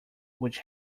which